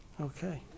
Okay